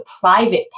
private